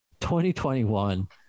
2021